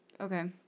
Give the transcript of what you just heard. Okay